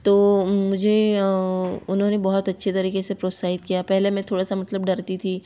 तो मुझे उन्होंने बहुत अच्छे तरीक़े से प्रोत्साहित किया पहले मैं थोड़ा सा मतलब डरती थी